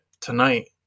tonight